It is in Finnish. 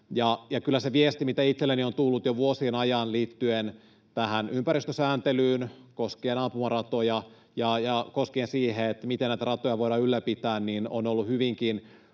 kyllä se viesti, mitä itselleni on tullut jo vuosien ajan liittyen tähän ympäristösääntelyyn, koskien ampumaratoja ja koskien sitä, miten näitä ratoja voidaan ylläpitää, on ollut hyvinkin